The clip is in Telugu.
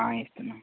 ఇస్తున్న